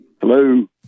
Hello